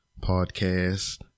podcast